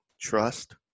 trust